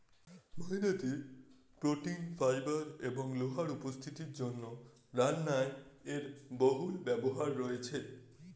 ময়দাতে protein, fibre এবং লোহার উপস্থিতির জন্য রান্নায় এর বহুল ব্যবহার রয়েছে